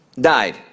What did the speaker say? died